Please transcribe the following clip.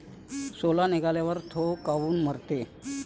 सोला निघाल्यावर थो काऊन मरते?